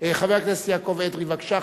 חבר הכנסת יעקב אדרי, בבקשה.